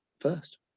first